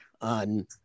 on